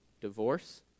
divorce